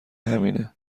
همینه